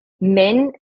Men